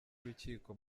urukiko